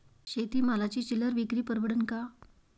शेती मालाची चिल्लर विक्री परवडन का?